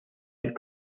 out